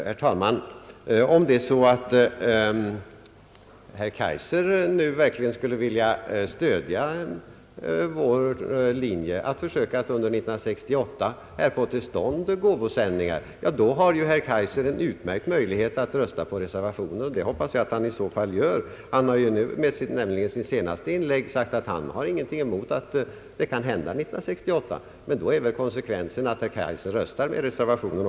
Herr talman! Om herr Kaijser nu verkligen vill ansluta sig till vår linje att försöka få till stånd gåvosändningar under 1968, då har han en utmärkt möjlighet att visa detta genom att rösta för reservationen. Det hoppas jag att han i så fall gör. Han har ju nu med sitt senaste inlägg sagt att han inte har någonting emot gåvosändningar under 1968. Då är väl konsekvensen att herr Kaijser också röstar för reservationen.